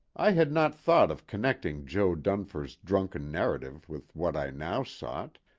i had not thought of connecting jo. dunfer's drunken narrative with what i now sought,